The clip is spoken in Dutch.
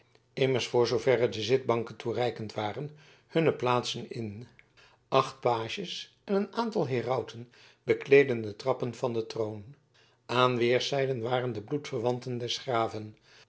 immers voor zooverre de zitbanken toereikend waren hunne plaatsen in acht pages en een aantal herauten bekleedden de trappen van den troon aan weerszijden waren de bloedverwanten des graven